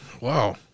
wow